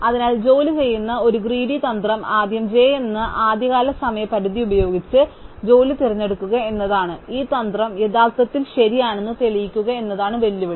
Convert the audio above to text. അതിനാൽ ജോലി ചെയ്യുന്ന ഒരു ഗ്രീഡി തന്ത്രം ആദ്യം j എന്ന ആദ്യകാല സമയപരിധി ഉപയോഗിച്ച് ജോലി തിരഞ്ഞെടുക്കുക എന്നതാണ് ഈ തന്ത്രം യഥാർത്ഥത്തിൽ ശരിയാണെന്ന് തെളിയിക്കുക എന്നതാണ് വെല്ലുവിളി